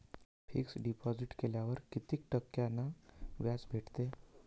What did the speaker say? Fix deposit केल्यावर कितीक टक्क्यान व्याज भेटते?